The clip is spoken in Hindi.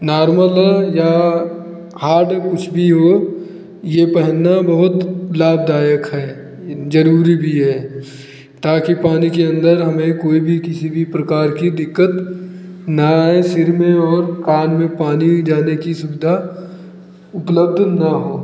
नार्मल हो या हार्ड कुछ भी हो ये पहनना बहुत लाभदायक है ये जरूरी भी है ताकि पानी के अंदर हमें कोई भी किसी भी प्रकार की दिक्कत न आए सिर में और कान में पानी जाने की सुविधा उपलब्ध न हो